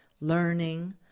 learning